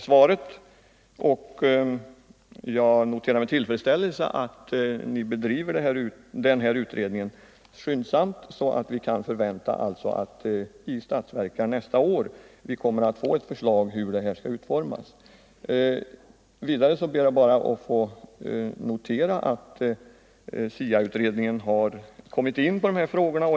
Herr talman! Jag ber att få tacka även för detta svar. Jag noterar med tillfredsställelse att utredningen drivs så skyndsamt att vi kan vänta ett förslag i statsverkspropositionen nästa år. Vidare noterar jag att SIA-utredningen har tagit upp dessa frågor.